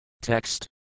Text